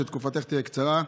שתקופתך תהיה קצרה.